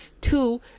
two